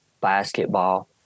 basketball